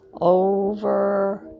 over